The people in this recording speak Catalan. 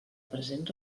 present